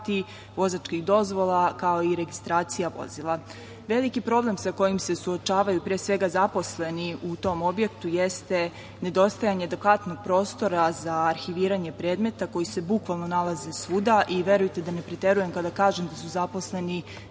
vozačkih dozvola, kao i registracija vozila. Veliki problem sa kojim se suočavaju pre svega zaposleni u tom objektu jeste nedostajanje adekvatnog prostora za arhiviranje predmeta koji se bukvalno nalaze svuda i verujte da ne preterujem kada kažem da su zaposleni